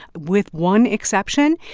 with one exception.